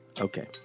Okay